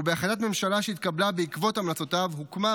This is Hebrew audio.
ובהחלטת ממשלה שהתקבלה בעקבות המלצותיו הוקמה,